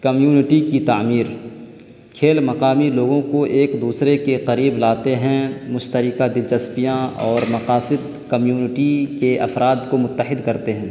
community کی تعمیر کھیل مقامی لوگوں کو ایک دوسرے کے قریب لاتے ہیں مشترکہ دلچسپیاں اور مقاصد کمیونٹی کے افراد کو متحد کرتے ہیں